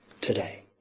today